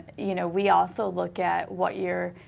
you know we also look at what your